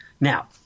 Now